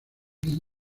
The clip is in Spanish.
lee